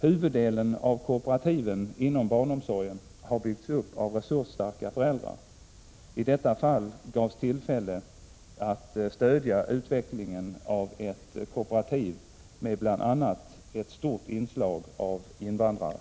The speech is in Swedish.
Huvuddelen av kooperativen inom barnomsorgen har byggts upp av resursstarka föräldrar. I detta fall gavs tillfälle att stödja utvecklingen av ett — Prot. 1986/87:65 kooperativ med bl.a. ett stort inslag av invandrare.